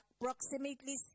approximately